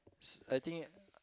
s~ I think